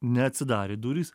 neatsidarė durys